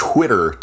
Twitter